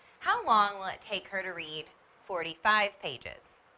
how long will it take her to read forty-five pages?